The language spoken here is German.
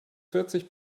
vierzig